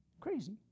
Crazy